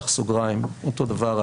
אותו דבר,